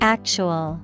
Actual